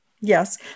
Yes